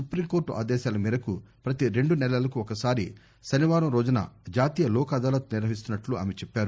supreme court ఆదేశాల మేరకు పతీ రెండు నెలలకు ఒకసారి శనివారం రోజున జాతీయ లోక్ అదాలత్ నిర్వహిస్తున్నట్లు ఆమె చెప్పారు